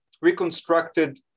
reconstructed